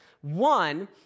one